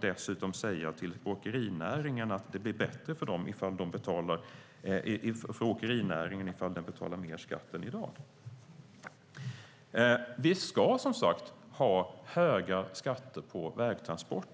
dessutom säga till åkerinäringen att det blir bättre för den om den betalar mer skatt än i dag. Vi ska, som sagt, ha höga skatter på vägtransporter.